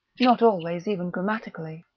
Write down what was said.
not always even grammatically.